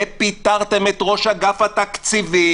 ופיטרתם את ראש אגף התקציבים,